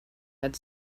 had